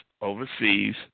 overseas